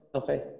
okay